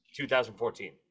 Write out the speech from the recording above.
2014